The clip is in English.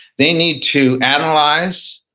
they need to analyze,